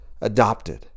adopted